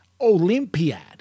Olympiad